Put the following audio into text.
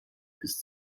bis